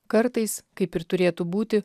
kartais kaip ir turėtų būti